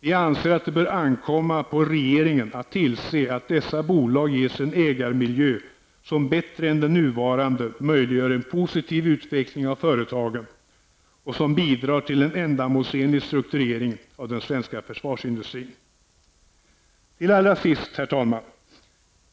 Vi anser att det bör ankomma på regeringen att tillse att dessa bolag ges en ägarmiljö som bättre än den nuvarande möjliggör en positiv utveckling av företagen och som bidrar till en ändamålsenlig strukturering av den svenska försvarsindustrin. Herr talman!